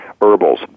herbals